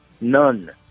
None